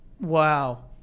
Wow